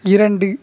இரண்டு